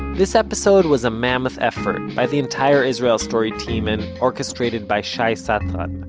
this episode was a mammoth effort, by the entire israel story team, and orchestrated by shai satran.